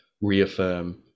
reaffirm